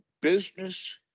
business